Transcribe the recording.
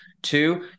two